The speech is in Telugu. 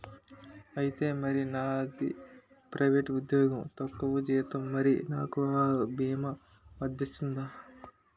ఐతే మరి నాది ప్రైవేట్ ఉద్యోగం తక్కువ జీతం మరి నాకు అ భీమా వర్తిస్తుందా?